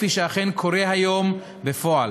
כפי שאכן קורה היום בפועל.